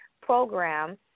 Program